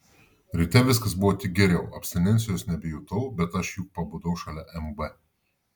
ryte viskas buvo tik geriau abstinencijos nebejutau nes aš juk pabudau šalia mb